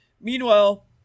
Meanwhile